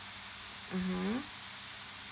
mmhmm